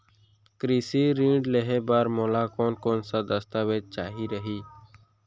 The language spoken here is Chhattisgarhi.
कृषि ऋण लेहे बर मोला कोन कोन स दस्तावेज चाही रही?